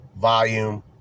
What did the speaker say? Volume